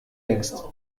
längst